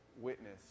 witness